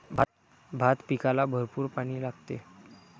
भात पिकाला भरपूर पाणी लागते